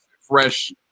fresh